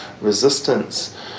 resistance